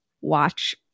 watch